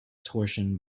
torsion